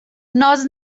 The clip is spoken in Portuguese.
nós